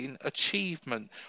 achievement